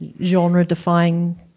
genre-defying